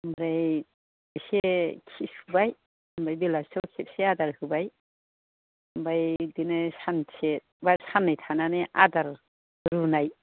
ओमफ्राय इसे खि सुबाय ओमफ्राय बेलासियाव इसे इसे आदार होबाय ओमफ्राय बिदिनो सानसे बा साननै थानानै आदार रुनाय